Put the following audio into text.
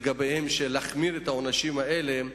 לגביהם להחמיר בעונשים האלה.